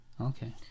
Okay